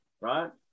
right